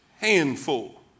handful